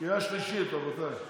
להצביע, קריאה שלישית, רבותיי.